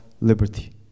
liberty